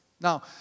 Now